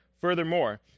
Furthermore